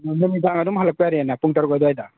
ꯅꯨꯃꯤꯗꯥꯡ ꯑꯗꯨꯝ ꯍꯜꯂꯛꯄ ꯌꯥꯔꯦꯅ ꯄꯨꯡ ꯇꯔꯨꯛ ꯑꯗꯨꯋꯥꯏꯗ